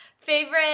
Favorite